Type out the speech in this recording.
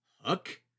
Hook